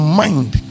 mind